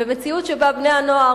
במציאות שבה בני-הנוער,